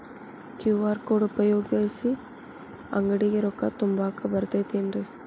QR code ಉಪಯೋಗಿಸಿ, ಅಂಗಡಿಗೆ ರೊಕ್ಕಾ ತುಂಬಾಕ್ ಬರತೈತೇನ್ರೇ?